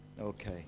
okay